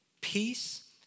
peace